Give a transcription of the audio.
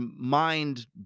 mind